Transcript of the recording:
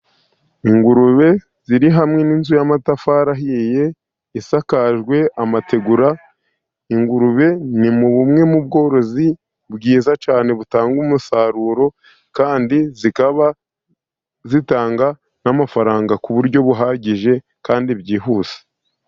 Ingurube ziri hamwe n'inzu y'amatafari ahiye isakajwe amategura. Ingurube ni mu bumwe mu bworozi bwiza cyane butanga umusaruro kandi zikaba zitanga n'amafaranga ku buryo buhagije kandi bwihuse.